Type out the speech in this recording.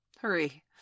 Hurry